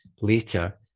later